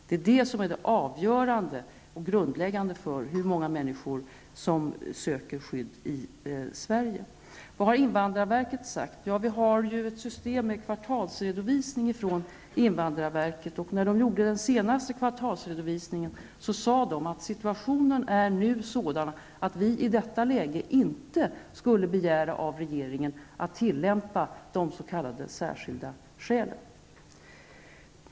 Det är sådant som är avgörande och grundläggande för hur många människor det blir som söker skydd i Wachtmeister. Ja, vi har ju ett system med kvartalsredovisning från invandrarverket. När den senaste kvartalsredovisningen gjordes sade man: Situationen är nu sådan att vi i detta läge inte skulle begära av regeringen att tillämpa de s.k. särskilda skälen.